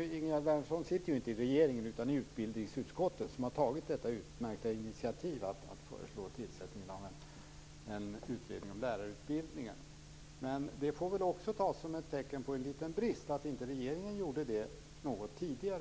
Ingegerd Wärnersson sitter ju inte i regeringen, utan i utbildningsutskottet som har tagit detta utmärkta initiativ att föreslå en utredning om lärarutbildningen. Det får väl ändå tas som ett tecken på en brist att regeringen inte tagit detta initiativ något tidigare.